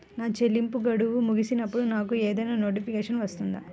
నా చెల్లింపు గడువు ముగిసినప్పుడు నాకు ఏదైనా నోటిఫికేషన్ వస్తుందా?